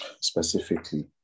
specifically